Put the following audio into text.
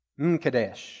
Mkadesh